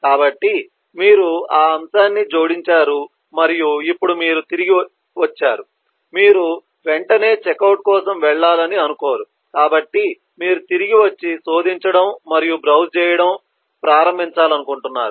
కాబట్టి మీరు ఆ అంశాన్ని జోడించారు మరియు ఇప్పుడు మీరు తిరిగి వచ్చారు మీరు వెంటనే చెక్అవుట్ కోసం వెళ్లాలని అనుకోరు కాబట్టి మీరు తిరిగి వచ్చి శోధించడం మరియు బ్రౌజ్ చేయడం ప్రారంభించాలనుకుంటున్నారు